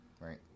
Right